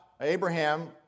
Abraham